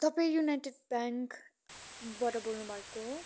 तपाईँ युनाइटेड ब्याङ्कबड बोल्नुभएको हो